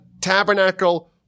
tabernacle